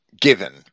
given